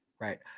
Right